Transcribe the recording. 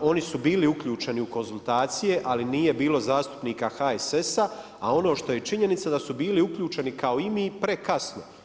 oni su bili uključeni u konzultacije, ali nije bilo zastupnika HSS-, a ono što je činjenica da su bili uključeni kao i mi prekasno.